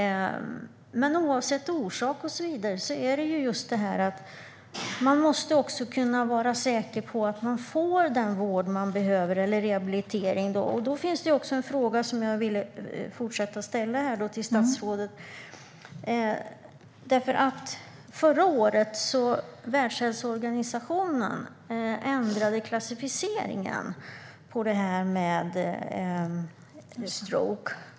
Oavsett orsak måste människor kunna vara säkra på att de får den vård de behöver eller rehabilitering. Då finns det en fråga som jag vill fortsätta att ställa till statsrådet. Förra året ändrade Världshälsoorganisationen klassificeringen för stroke.